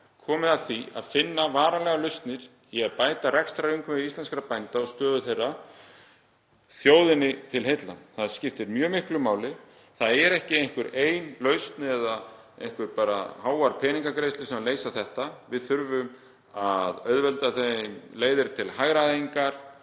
getum við fundið varanlegar lausnir í að bæta rekstrarumhverfi íslenskra bænda og stöðu þeirra þjóðinni til heilla? Það skiptir mjög miklu máli. Það er ekki einhver ein lausn eða einhverjar háar peningagreiðslur sem leysa þetta. Við þurfum að auðvelda þeim leiðir til hagræðingar